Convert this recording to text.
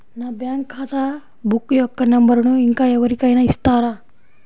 నా బ్యాంక్ ఖాతా బుక్ యొక్క నంబరును ఇంకా ఎవరి కైనా ఇస్తారా?